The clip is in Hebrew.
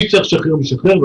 מי שצריך לשחרר משחררים,